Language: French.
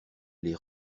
les